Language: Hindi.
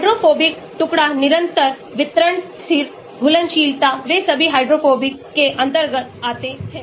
हाइड्रोफोबिक टुकड़ा निरंतर वितरण स्थिर घुलनशीलता वे सभी हाइड्रोफोबिक के अंतर्गत आते हैं